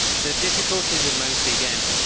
the difficulties are mostly, again,